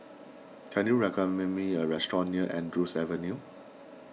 can you recommend me a restaurant near Andrews Avenue